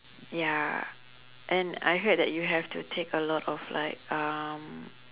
ya and I heard that you have to take a lot of like um